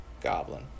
Goblin